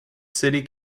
city